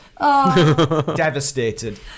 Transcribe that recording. Devastated